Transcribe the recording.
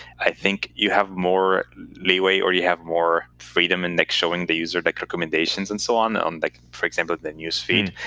i think you have more leeway or you have more freedom and in showing the user like ah commendations and so on, ah um like for example, the news feed.